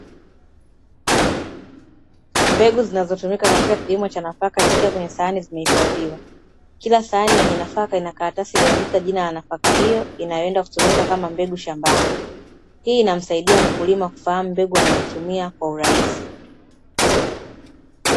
Mbegu zinazotumika katika kilimo cha nafaka zikiwa kwenye sahani zimehifadhiwa. Kila sahani yenye nafaka ina karatasi iliyoandikwa jina la nafaka hiyo inayoenda kutumika kama mbegu shambani. Hii inamsaidia mkulima kufahamu mbegu anayoitumia kwa urahisi.